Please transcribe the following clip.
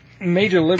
Major